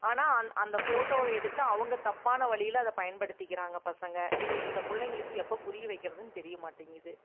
ஆனால் அந் அந்த போட்டோவை எடுத்து அவங்க தப்பான வழியில் அதை பயன்படுத்திக்கிறாங்க பசங்க இது இந்த பிள்ளைங்களுக்கு எப்போ புரிய வைக்கிறதுன்னு தெரிய மாட்டேங்கிது